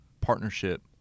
partnership